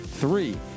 Three